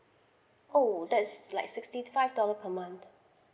oh that is like sixty five dollar per month